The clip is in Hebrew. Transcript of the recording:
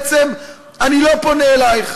בעצם אני לא פונה אלייך,